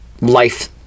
life